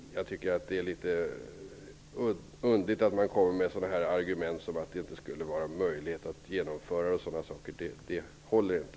Jag tycker att det är litet underligt att man kommer med argumentet att det vi föreslår inte skulle vara möjligt att genomföra. Det argumentet håller inte.